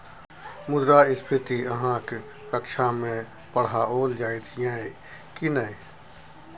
मुद्रास्फीति अहाँक कक्षामे पढ़ाओल जाइत यै की नै?